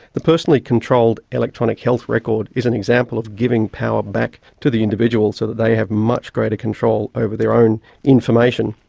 the personally controlled electronic health record is an example of giving power back to the individual so that they have much greater control over their own information,